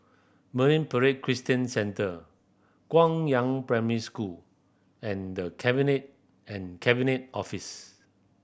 Marine Parade Christian Centre Guangyang Primary School and The Cabinet and Cabinet Office